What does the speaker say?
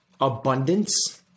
abundance